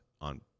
on